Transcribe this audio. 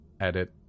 edit